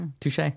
Touche